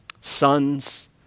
sons